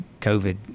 COVID